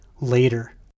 later